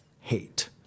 hate